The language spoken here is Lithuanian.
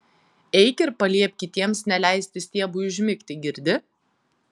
eik ir paliepk kitiems neleisti stiebui užmigti girdi